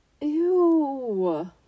Ew